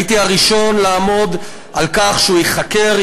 הייתי הראשון לעמוד על כך שהוא ייחקר,